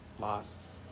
loss